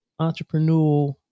entrepreneurial